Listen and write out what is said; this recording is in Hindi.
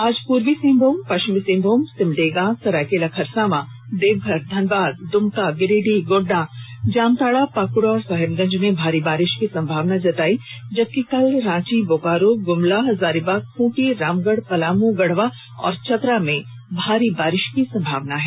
आज पूर्वी सिंहभूम पश्चिमी सिंहभूम सिमडेगा सरायकेला खरसावा देवघर धनबाद दुमका गिरिडीह गोड्डा जामताड़ा पाकुड़ और साहिबगंज में भारी बारिश की संभावना है जबकि कल रांची बोकारो गुमला हजारीबाग खूंटी रामगढ़ पलामू गढ़वा और चतरा में भारी बारिश हो सकती है